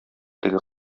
теге